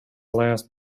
last